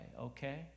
okay